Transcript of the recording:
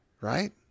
right